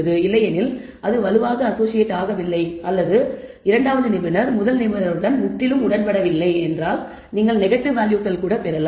இல்லையெனில் அது வலுவாக அசோசியேட் ஆகவில்லை அல்லது நிபுணர் 2 நிபுணர் 1 உடன் முற்றிலும் உடன்படவில்லை என்றால் நீங்கள் நெகட்டிவ் வேல்யூக்கள் கூட பெறலாம்